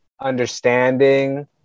understanding